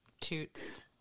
toots